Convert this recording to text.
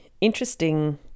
interesting